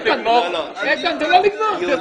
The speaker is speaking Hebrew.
לא, לא.